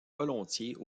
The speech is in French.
volontiers